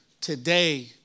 today